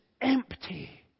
empty